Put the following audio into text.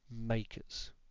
makers